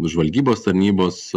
žvalgybos tarnybos